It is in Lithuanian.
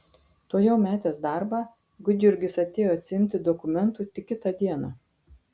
tuojau metęs darbą gudjurgis atėjo atsiimti dokumentų tik kitą dieną